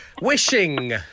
Wishing